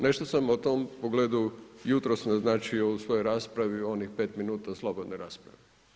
Nešto sam u tom pogledu jutros naznačio u svojoj raspravi onih 5 minuta slobodne rasprave.